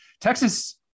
Texas